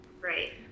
Right